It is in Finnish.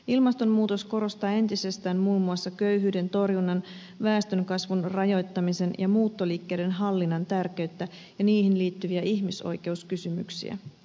ilmastonmuutos korostaa entisestään muun muassa köyhyyden torjunnan väestönkasvun rajoittamisen ja muuttoliikkeiden hallinnan tärkeyttä ja niihin liittyviä ihmisoikeuskysymyksiä